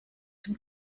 dem